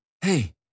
hey